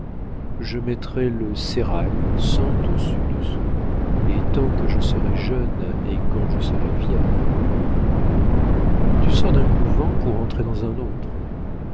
je mettrais le sérail c'en dessus dessous et tant que je serais jeune et quand je serais vieille tu sors d'un couvent pour entrer dans un autre